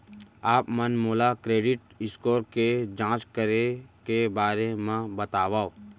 आप मन मोला क्रेडिट स्कोर के जाँच करे के बारे म बतावव?